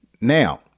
Now